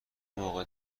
موقع